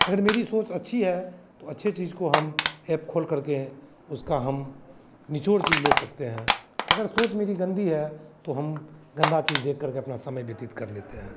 अगर मेरी सोच अच्छी है तो अच्छे चीज़ को हम ऐप खोलकर के उसका हम निचोड़ चीज़ ले सकते हैं अगर सोच मेरी गंदी है तो हम गंदा चीज़ देखकर के अपना समय व्यतीत कर लेते हैं